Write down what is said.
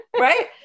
right